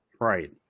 Right